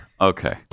okay